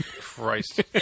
Christ